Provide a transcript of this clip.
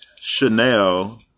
Chanel